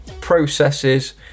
processes